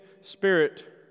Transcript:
spirit